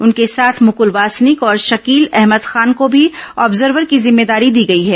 उनके साथ मुकल वासनिक और शकील अहमद खान को भी ऑब्जर्वर की जिम्मेदारी दी गई है